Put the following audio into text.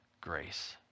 grace